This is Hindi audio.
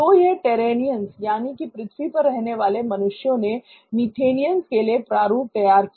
तो यह टेर्रेनियंस यानी कि पृथ्वी पर रहने वाले मनुष्यों ने मीथेनियंस के लिए प्रारूप तैयार किया